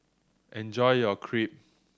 enjoy your Crepe